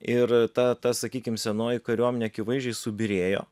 ir ta ta sakykim senoji kariuomenė akivaizdžiai subyrėjo